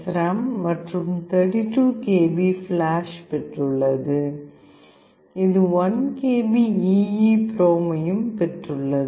ராம் மற்றும் 32 kilo bytes flash பெற்றுள்ளது இது 1 கிலோ பைட்ஸ் EEPROM ஐயும் பெற்றுள்ளது